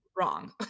wrong